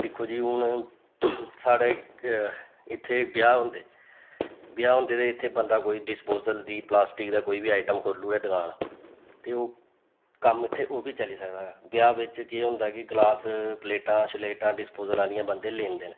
दिक्खो जी हून साढ़ै इत्थें ब्याह् होंदे ब्याह् होंदे ते इत्थें बंदा कोई डिस्पोजल दी प्लास्टिक दा कोई बी आइटम खोलू ओड़े दकान ते ओह् कम्म इत्थें ओह् बी चली सकदा ब्याह् बिच्च केह् होंदा कि ग्लास प्लेटां स्लेटां डिस्पोजल आह्लियां बंदे लेंदे न